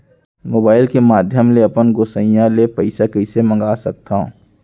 Mobile के माधयम ले अपन गोसैय्या ले पइसा कइसे मंगा सकथव?